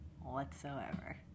whatsoever